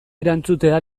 erantzutea